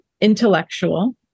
intellectual